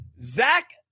Zach –